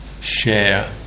share